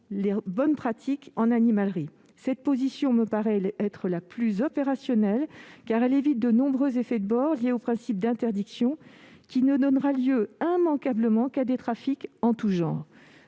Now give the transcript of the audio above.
les bonnes pratiques en animalerie. Cette position me paraît être la plus opérationnelle, car elle évite de nombreux effets de bord liés au principe d'interdiction, qui donnera immanquablement lieu à des trafics en tout genre.